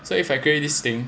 so if I create this thing